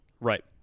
Right